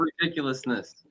ridiculousness